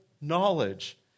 knowledge